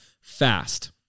fast